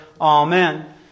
Amen